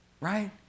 right